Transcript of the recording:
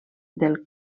del